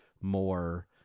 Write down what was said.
more